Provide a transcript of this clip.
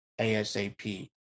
ASAP